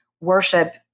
worship